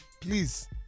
please